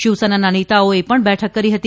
શિવસેનાના નેતાઓએ પણ બેઠક કરી હતી